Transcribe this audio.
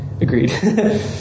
agreed